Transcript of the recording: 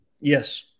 Yes